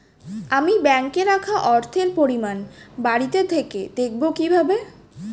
আমি ব্যাঙ্কে রাখা অর্থের পরিমাণ বাড়িতে থেকে দেখব কীভাবে?